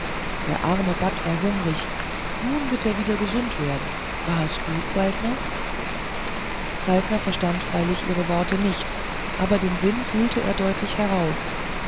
der arme bat war hungrig nun wird er wieder gesund werden war es gut saltner saltner verstand freilich ihre worte nicht aber den sinn fühlte er deutlich heraus